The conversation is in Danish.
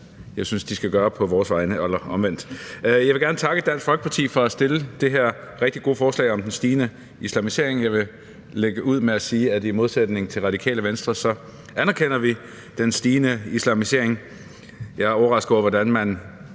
jeg synes de skal gøre på vores vegne – eller omvendt. Jeg vil gerne takke Dansk Folkeparti for at stille det her rigtig gode forslag om den stigende islamisering. Jeg vil lægge ud med at sige, at i modsætning til Radikale Venstre anerkender vi den stigende islamisering. Jeg er overrasket over, hvordan man